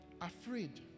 afraid